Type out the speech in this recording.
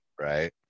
Right